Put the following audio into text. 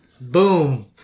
Boom